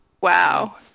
Wow